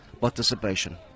participation